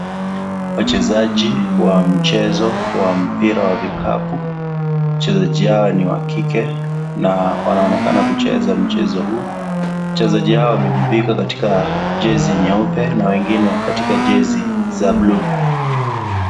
Wachezaji, wa mchezo wa mpira wa vikapu. Wachezajia hawa ni wakike na wanaonekana kucheza mchezo huu. Wachezajia hawa wamejivika katika jezi nyaupe na wengine katika jezi za buluu.